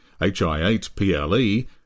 HI8PLE